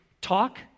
Talk